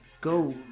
go